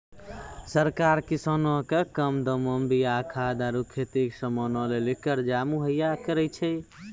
सरकार किसानो के कम दामो मे बीया खाद आरु खेती के समानो लेली कर्जा मुहैय्या करै छै